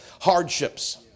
Hardships